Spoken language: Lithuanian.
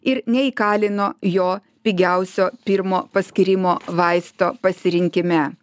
ir neįkalino jo pigiausio pirmo paskyrimo vaisto pasirinkime